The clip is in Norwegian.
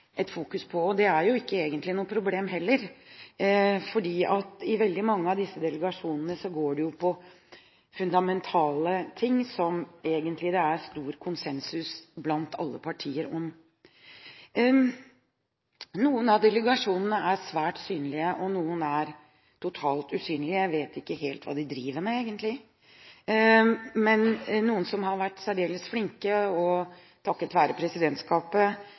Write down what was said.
Det er egentlig ikke noe problem, for i veldig mange av disse delegasjonene går det på fundamentale ting som det egentlig er stor konsensus blant alle partier om. Noen av delegasjonene er svært synlige, og noen er totalt usynlige. Jeg vet ikke helt hva de driver med egentlig. Men noen har vært særdeles flinke, og takket være presidentskapet,